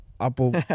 Apple